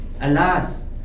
Alas